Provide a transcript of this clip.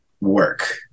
work